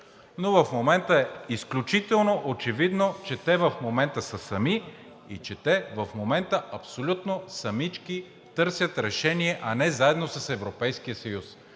че времето е изтекло), че те в момента са сами и че те в момента абсолютно самички търсят решение, а не заедно с Европейския съюз.